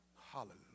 Hallelujah